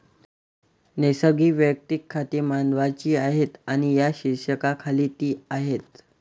नैसर्गिक वैयक्तिक खाती मानवांची आहेत आणि या शीर्षकाखाली ती आहेत